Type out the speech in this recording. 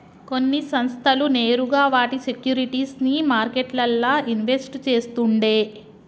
కొన్ని సంస్థలు నేరుగా వాటి సేక్యురిటీస్ ని మార్కెట్లల్ల ఇన్వెస్ట్ చేస్తుండే